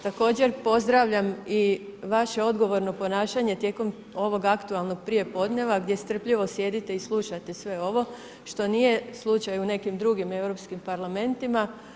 Također pozdravljam i vaše odgovorno ponašanje tijekom ovoga aktualnog prijepodneva gdje strpljivo sjedite i slušate sve ovo što nije slučaj u nekim drugim europskim parlamentima.